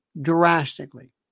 drastically